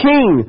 King